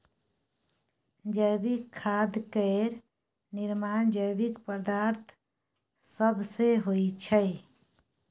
जैविक खाद केर निर्माण जैविक पदार्थ सब सँ होइ छै